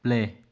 play